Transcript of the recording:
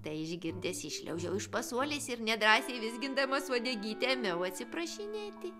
tai išgirdęs iššliaužiau iš pasuolės ir nedrąsiai vizgindamas uodegytę ėmiau atsiprašinėti